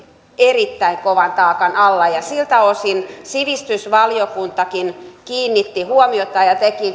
erittäin kovan taakan alla ja siihen sivistysvaliokuntakin kiinnitti huomiota ja ja teki